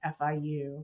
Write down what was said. FIU